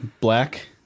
black